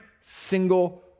single